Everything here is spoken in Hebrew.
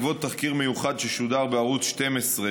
בעקבות תחקיר מיוחד ששודר בערוץ 12,